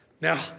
Now